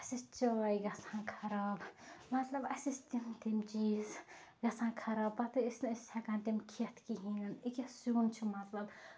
اَسہِ ٲسۍ چاے گژھان خراب مطلب اَسہِ ٲسۍ تِم تِم چیٖز گژھان خراب پَتہٕ ٲسۍ نہٕ أسۍ ہیٚکان تِم کھیٚتھ کِہیٖنۍ نہٕ أکیاہ سیُن چھُ مطلب